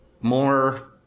more